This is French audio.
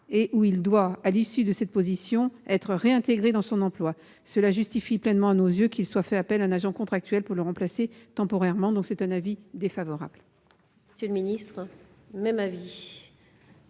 et où il doit, à l'issue de cette position, être réintégré dans son emploi. Cela justifie pleinement à nos yeux qu'il soit fait appel un agent contractuel pour le remplacer temporairement. La commission émet donc un avis défavorable.